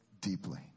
deeply